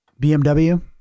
BMW